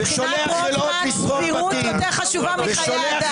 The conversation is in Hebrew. מבחינת רוטמן סבירות יותר חשובה מחיי אדם,